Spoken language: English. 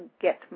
get